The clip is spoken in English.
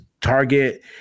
target